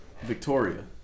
Victoria